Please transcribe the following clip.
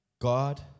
God